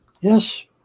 Yes